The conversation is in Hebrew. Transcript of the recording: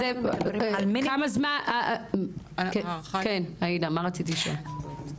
עאידה, מה רצית לשאול?